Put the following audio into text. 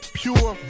pure